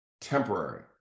Temporary